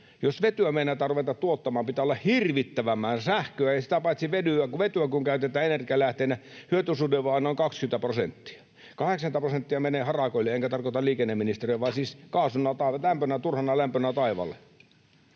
Jos vetyä meinataan ruveta tuottamaan, pitää olla hirvittävä määrä sähköä, ja sitä paitsi kun vetyä käytetään energianlähteenä, hyötysuhde on vain noin 20 prosenttia. 80 prosenttia menee harakoille — enkä tarkoita liikenneministeriä, vaan siis kaasuna, turhana lämpönä taivaalle.